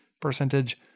percentage